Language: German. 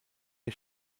der